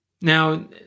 Now